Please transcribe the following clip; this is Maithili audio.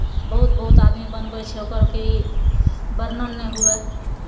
बहुत बहुत आदमी बनबै छै ओकर की वर्णन नहि हुअय